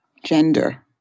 Gender